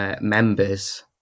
members